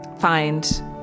find